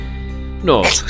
No